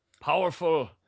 powerful